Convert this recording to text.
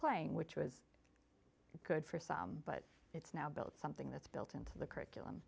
playing which was good for some but it's now built something that's built into the curriculum